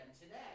today